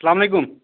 السلام علیکُم